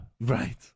Right